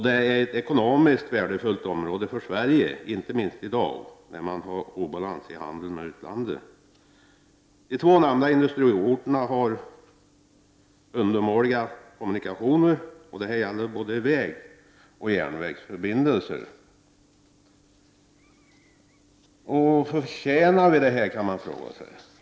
Detta är ett ekonomiskt värdefullt område för Sverige, inte minst i dag när vi har obalans i handeln med utlandet. De två nämnda industriorterna har undermåliga kommunikationer. Det gäller både vägoch järnvägsförbindelser. Man kan fråga sig om vi förtjänar detta.